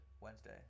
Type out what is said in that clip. Wednesday